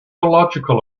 illogical